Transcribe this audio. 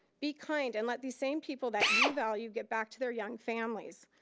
be kind and let these same people that you value get back to their young families,